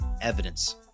evidence